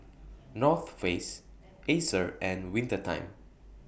North Face Acer and Winter Time